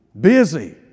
Busy